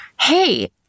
hey